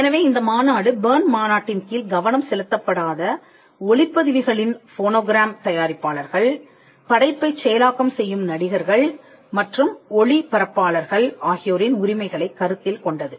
எனவே இந்த மாநாடு பெர்ன் மாநாட்டின் கீழ் கவனம் செலுத்தப்படாத ஒலிப்பதிவுகளின் ஃபோனோகிராம் தயாரிப்பாளர்கள் படைப்பைச் செயலாக்கம் செய்யும் நடிகர்கள் மற்றும் ஒளிபரப்பாளர்கள் ஆகியோரின் உரிமைகளைக் கருத்தில் கொண்டது